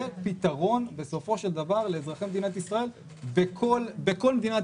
זה פתרון בסופו של דבר לאזרחי מדינת ישראל בכל מדינת